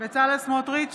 בצלאל סמוטריץ'